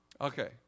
Okay